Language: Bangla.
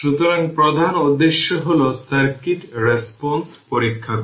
সুতরাং প্রধান উদ্দেশ্য হল সার্কিট রেসপন্স পরীক্ষা করা